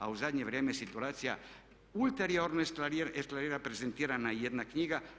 A u zadnje vrijeme situacija ulteriorno eskalira, prezentirana je i jedna knjiga.